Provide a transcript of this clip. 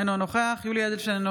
אינו נוכח יולי יואל אדלשטיין,